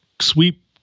sweep